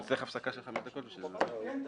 נצטרך הפסקה של עשר דקות בשביל זה.